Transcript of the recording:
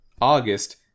August